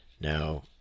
Now